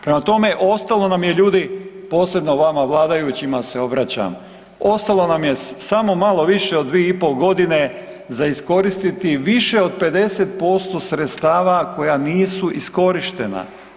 Prema tome, ostalo nam je ljudi, posebno vama vladajućima se obraćam, ostalo nam je samo malo više od 2,5 g. za iskoristiti više od 50% sredstava koja nisu iskorištena.